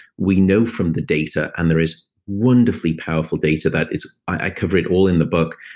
we know from the data, and there is wonderfully powerful data that is. i cover it all in the book.